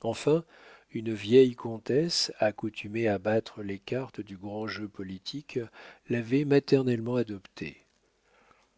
enfin une vieille comtesse accoutumée à battre les cartes du grand jeu politique l'avait maternellement adoptée